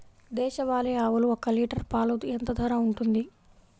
దేశవాలి ఆవులు ఒక్క లీటర్ పాలు ఎంత ధర ఉంటుంది?